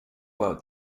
world